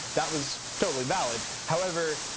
that was totally valid. however,